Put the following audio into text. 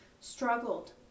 struggled